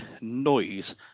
noise